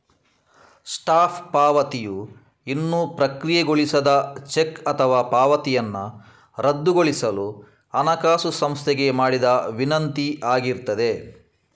stop ಪಾವತಿಯು ಇನ್ನೂ ಪ್ರಕ್ರಿಯೆಗೊಳಿಸದ ಚೆಕ್ ಅಥವಾ ಪಾವತಿಯನ್ನ ರದ್ದುಗೊಳಿಸಲು ಹಣಕಾಸು ಸಂಸ್ಥೆಗೆ ಮಾಡಿದ ವಿನಂತಿ ಆಗಿರ್ತದೆ